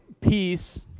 peace